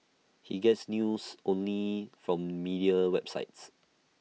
he gets news only from media websites